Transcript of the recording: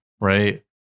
Right